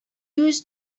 yüz